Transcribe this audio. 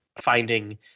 finding